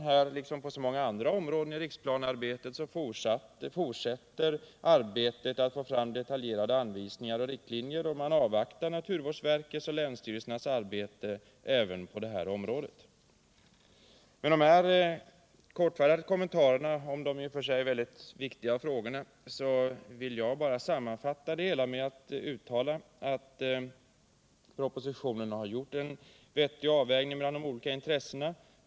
Här som på många andra områden i riksplanearbetet fortsätter man för att få fram detaljerade anvisningar och riktlinjer. Man avvaktar naturvårdsverkets och länsstyrel sernas arbete även på detta område. Nr 52 Efter dessa korta kommentarer om de här mycket viktiga frågorna Torsdagen den vill jag sammanfattningsvis säga, att jag tycker propositionen gör en vettig 15 december 1977 avvägning mellan de olika intressena.